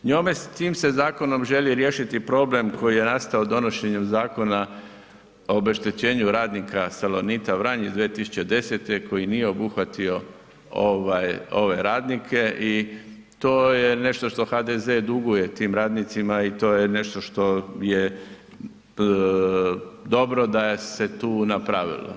S tim se zakonom želi riješiti problem koji je nastao donošenjem Zakona o obeštećenju radnika Salonita Vranjic 2010. koji nije obuhvatio ove radnike i to je nešto što HDZ duguje tim radnicima i to je nešto što je dobro da je se tu napravilo.